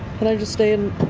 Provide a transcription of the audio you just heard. can i just stay in